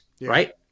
right